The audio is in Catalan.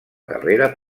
carrera